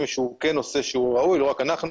שהוא כן נושא שהוא ראוי ולא רק אנחנו